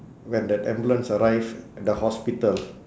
when the ambulance arrived at the hospital